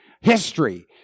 history